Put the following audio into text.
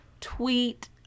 tweet